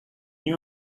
you